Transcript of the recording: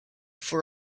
for